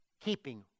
keeping